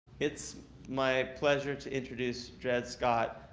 it's my pleasure to introduce dread scott.